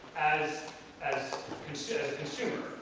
as as considered consumer,